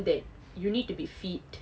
that you need to be fit